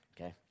okay